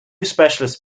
specialist